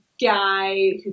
guy